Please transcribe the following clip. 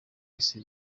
wese